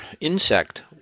insect